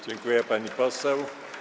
Dziękuję, pani poseł.